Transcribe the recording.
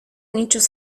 nichos